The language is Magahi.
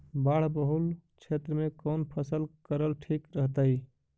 बाढ़ बहुल क्षेत्र में कौन फसल करल ठीक रहतइ?